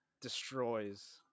destroys